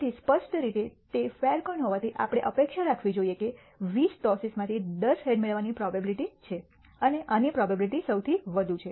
તેથી સ્પષ્ટ રીતે તે ફેર કોઈન હોવાથી આપણે અપેક્ષા રાખવી જોઈએ કે 20 ટોસિસમાંથી 10 હેડ મેળવવાની પ્રોબેબીલીટી છે અને આની પ્રોબેબીલીટી સૌથી વધુ છે